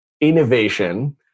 innovation